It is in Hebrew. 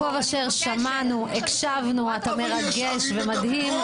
אתה מרגש ומדהים.